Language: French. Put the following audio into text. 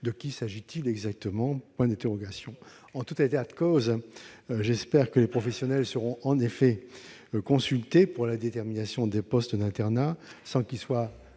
De qui s'agit-il exactement ? En tout état de cause, j'espère que les professionnels seront en effet consultés pour la détermination des postes d'internat, sans qu'il soit